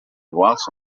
iguals